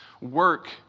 work